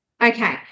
Okay